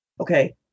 Okay